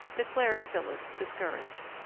declared phyllis, discouraged.